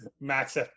max